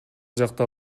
жакта